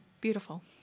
beautiful